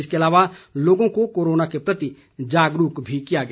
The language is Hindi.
इसके अलावा लोगों को कोरोना के प्रति जागरूक भी किया गया